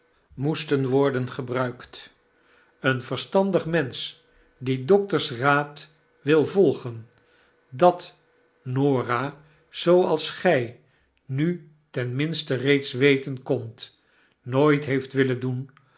moesten worden gebruikt een verstandig mensch die dokters raad wil volgen dat norah zooals gy nu ten minste reeds weten kondt nooit heeft willen doen